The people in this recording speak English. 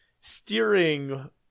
steering